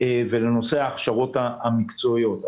ולנושא ההכשרות המקצועיות.